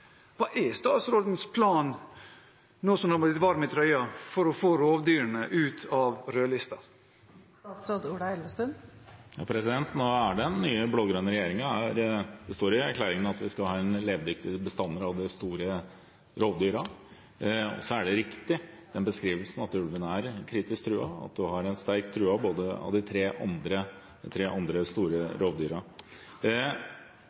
Hva er statsrådens plan, nå som han har blitt varm i trøya, for å få rovdyrene ut av rødlisten? Nå er det en ny blå-grønn regjering, og det står i erklæringen at vi skal ha levedyktige bestander av de store rovdyrene. Og beskrivelsen av at ulven er kritisk truet, og at også de tre andre store rovdyrene er sterkt